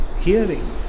hearing